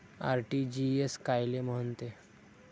RTGS कायले म्हनते?